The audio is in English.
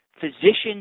physicians